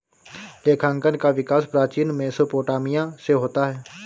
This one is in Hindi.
लेखांकन का विकास प्राचीन मेसोपोटामिया से होता है